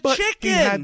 chicken